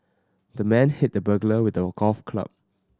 the man hit the burglar with a golf club